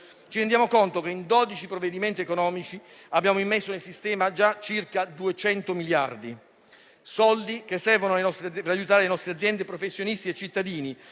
ci rendiamo conto che con dodici provvedimenti economici abbiamo immesso nel sistema già circa 200 miliardi. Si tratta di soldi che servono per aiutare le nostre aziende, i professionisti e i cittadini